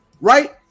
right